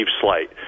slight